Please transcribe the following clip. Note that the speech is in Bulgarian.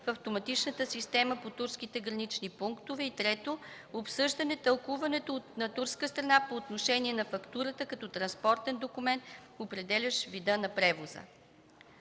в автоматичната система по турските гранични пунктове, и - трето, обсъждане тълкуването на турската страна по отношение на фактурата като транспортен документ, определящ вида на превоза.